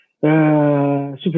super